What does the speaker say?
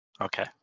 Okay